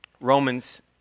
Romans